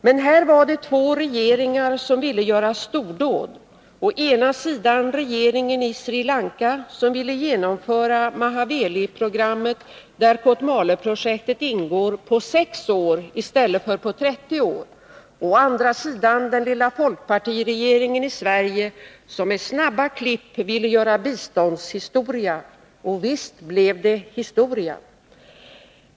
Men här var det två regeringar som ville göra stordåd, å ena sidan regeringen i Sri Lanka som ville genomföra Mahaweliprogrammet — där Kotmaleprojektet ingår — på sex år i stället för på trettio år, och å andra sidan den lilla folkpartiregeringen i Sverige, som med snabba klipp ville göra biståndshistoria. Och visst blev det historia.